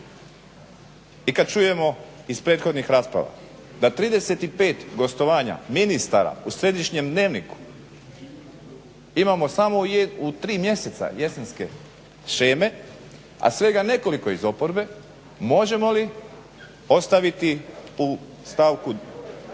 I kad čujemo iz prethodnih rasprava da 35 gostovanja ministara u središnjem dnevniku imamo samo u tri mjeseca jesenske sheme a svega nekoliko iz oporbe, možemo li ostaviti u stavku prvom